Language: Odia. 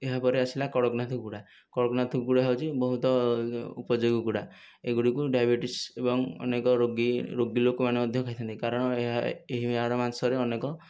ଏହାପରେ ଆସିଲା କଡ଼କନାଥ କୁକୁଡ଼ା କଡ଼କନାଥ କୁକୁଡ଼ା ହଉଛି ବହୁତ ଉପଯୋଗ କୁକୁଡ଼ା ଏଗୁଡ଼ିକୁ ଡାଇବେଟିସ ଏବଂ ଅନେକ ରୋଗୀ ରୋଗୀ ଲୋକମାନେ ମଧ୍ୟ ଖାଇଥାନ୍ତି କାରଣ ଏହା ଏହାର ମାଂସରେ ଅନେକ